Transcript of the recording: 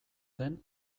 den